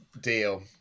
deal